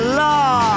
law